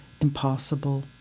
impossible